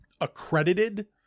accredited